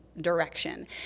direction